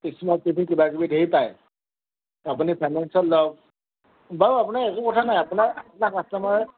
কিছুমান কিবা কিবি ধেৰ পায় আপুনি লওক বাৰু আপোনাৰ একো কথা নাই আপোনাৰ আপোনাৰ কাষ্টমাৰে